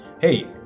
hey